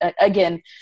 again